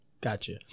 Gotcha